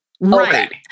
right